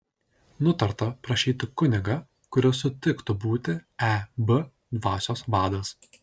nutarta prašyti kunigą kuris sutiktų būti eb dvasios vadas